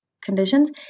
conditions